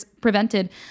prevented